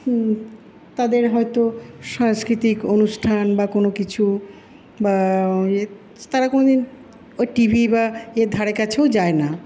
তাদের হয়তো সাংস্কৃতিক অনুষ্ঠান বা কোনো কিছু বা তারা কোনোদিন ওই টিভি বা ইয়ের ধারে কাছেও যায়না